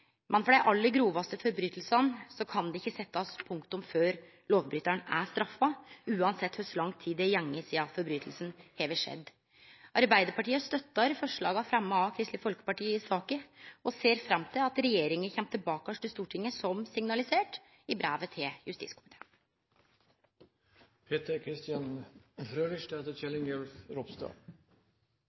men for dei aller grovaste brotsverka kan det ikkje bli sett punktum før lovbrytaren er straffa, uansett kor lang tid som er gått sidan brotsverket har skjedd. Arbeidarpartiet støttar forslaga fremja av Kristeleg Folkeparti i saka og ser fram til at regjeringa kjem tilbake til Stortinget som signalisert i brevet til